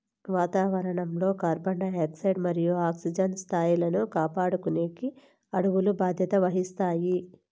వాతావరణం లో carbon dioxide మరియు ఆక్సిజన్ స్థాయిలను కాపాడుకునేకి అడవులు బాధ్యత వహిస్తాయి